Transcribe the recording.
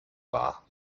war